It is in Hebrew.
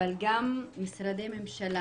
אבל גם משרדי ממשלה